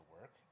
work